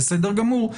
בסדר גמור,